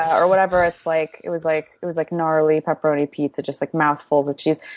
or whatever. like it was like it was like gnarly pepperoni pizza, just like mouthfuls of cheese.